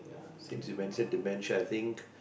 since you mention dementia I think